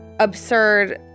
Absurd